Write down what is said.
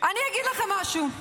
אני אגיד לכם משהו.